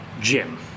Jim